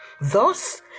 Thus